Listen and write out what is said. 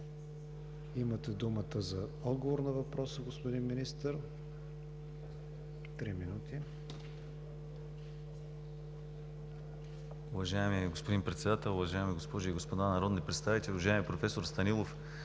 Имате думата за отговор на въпроса, господин Министър. МИНИСТЪР КРАСИМИР ВЪЛЧЕВ: Уважаеми господин Председател, уважаеми госпожи и господа народни представители! Уважаеми професор Станилов,